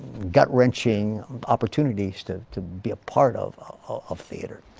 gut wrenching opportunities to to be a part of of theater.